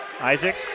Isaac